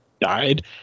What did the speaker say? died